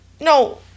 no